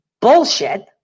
bullshit